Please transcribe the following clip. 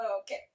Okay